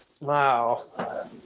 wow